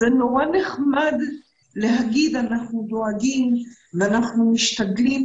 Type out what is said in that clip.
נחמד להגיד שאנחנו דואגים ואנחנו משתדלים,